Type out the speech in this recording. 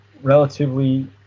relatively